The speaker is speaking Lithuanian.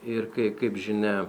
ir kai kaip žinia